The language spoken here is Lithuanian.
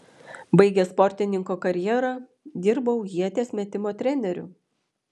baigęs sportininko karjerą dirbau ieties metimo treneriu